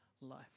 life